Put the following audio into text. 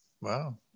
Wow